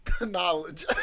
Knowledge